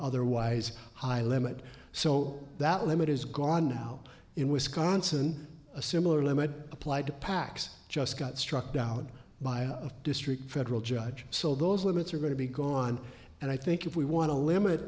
otherwise high limit so that limit is gone now in wisconsin a similar limit applied to pacs just got struck down by a district federal judge so those limits are going to be gone and i think if we want to limit